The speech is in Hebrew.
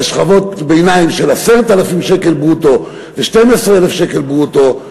אלא על שכבות ביניים של 10,000 שקל ברוטו ו-12,000 שקל ברוטו,